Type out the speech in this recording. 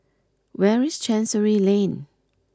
where is Chancery Lane